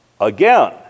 again